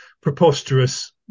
preposterous